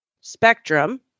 spectrum